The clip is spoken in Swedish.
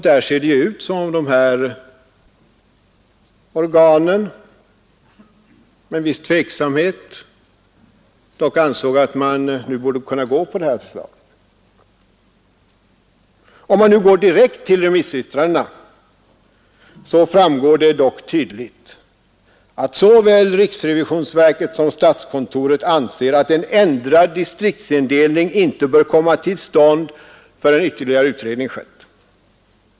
Där ser det ut som om de här organen med en viss tveksamhet dock menade att man nu borde kunna gå på detta förslag. Om man läser remissyttrandena framgår det dock tydligt att såväl riksrevisionsverket som statskontoret anser, att en ändrad distriktsindelning inte bör komma till stånd förrän ytterligare utredning skett.